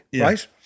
right